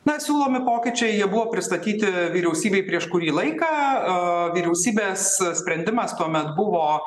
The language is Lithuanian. na siūlomi pokyčiai jie buvo pristatyti vyriausybei prieš kurį laiką vyriausybės sprendimas tuomet buvo